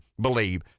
believe